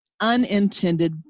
unintended